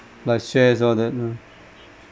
like shares all that you know